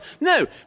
No